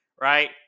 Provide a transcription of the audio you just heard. right